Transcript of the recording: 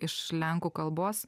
iš lenkų kalbos